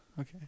Okay